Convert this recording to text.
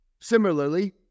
Similarly